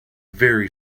very